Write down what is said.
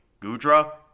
Gudra